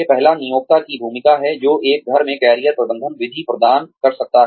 पहला नियोक्ता की भूमिका है जो एक घर में कैरियर प्रबंधन विधि प्रदान कर सकता है